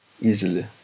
easily